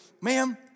ma'am